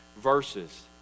verses